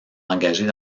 engagées